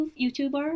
YouTuber